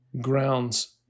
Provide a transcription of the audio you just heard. grounds